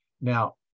now